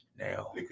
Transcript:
now